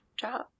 job